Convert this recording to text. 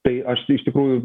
tai aš iš tikrųjų